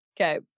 okay